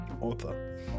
author